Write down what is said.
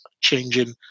changing